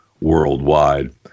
worldwide